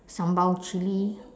sambal chilli